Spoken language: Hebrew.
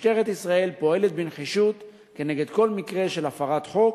משטרת ישראל פועלת בנחישות כנגד כל מקרה של הפרת חוק,